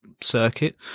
circuit